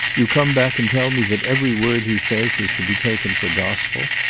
you come back and tell me that every word he says is to be taken for gospel,